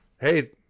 Hey